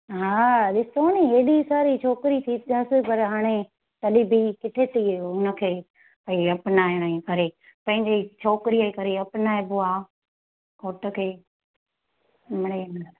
हा ॾिसो नी एॾी सारी छोकिरी थी अथसि पर हाणे तॾहिं बि किथे थी हुनखे भाई अपनाइण जी करे पंहिंजी छोकिरीअ जे करे अपनाइबो आहे घोट खे मिड़ेई